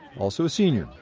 also a senior,